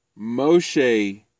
Moshe